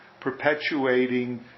perpetuating